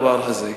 החקלאי,